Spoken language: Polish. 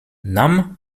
nam